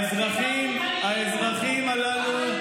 האזרחים הללו, 80 נרצחים.